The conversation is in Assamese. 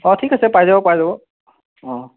অঁ ঠিক আছে পাই যাব পাই যাব অঁ